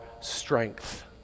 strength